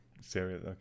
serious